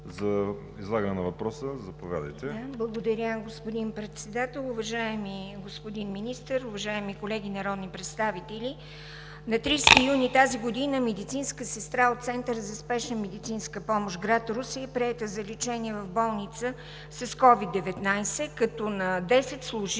за България): Благодаря, господин Председател. Уважаеми господин Министър, уважаеми колеги народни представители! На 30 юни тази година медицинска сестра от Центъра за спешна медицинска помощ – град Русе, е приета за лечение в болница с СOVID-19, като на десет служители